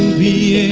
the